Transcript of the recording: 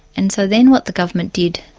and so then what the government did,